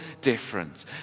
different